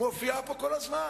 מופיעה פה כל הזמן.